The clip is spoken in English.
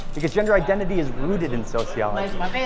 because gender identity is rooted in sociology.